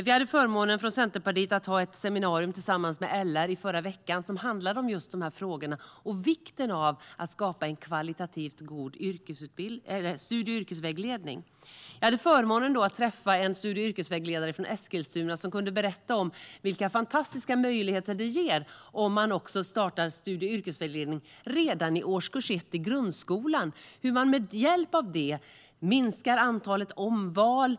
Vi i Centerpartiet hade förmånen att ha ett seminarium tillsammans med LR i förra veckan som handlade om just dessa frågor och vikten av att skapa en kvalitativt god studie och yrkesvägledning. Jag hade då förmånen att träffa en studie och yrkesvägledare från Eskilstuna som kunde berätta om vilka fantastiska möjligheter det ger om man startar studie och yrkesvägledning redan i årskurs 1 i grundskolan. Med hjälp av det minskar antalet omval.